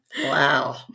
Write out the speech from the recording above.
wow